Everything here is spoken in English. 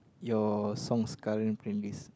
your songs current playlist